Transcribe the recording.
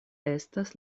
estas